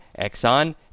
Exxon